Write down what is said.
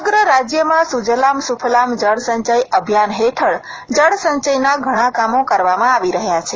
સમગ્ર રાજ્યમાં સુજલામ સુફલામ જળસંચય અભિયાન હેઠળ જળસંચયના ઘણા કામો કરવામાં આવી રહ્યા છે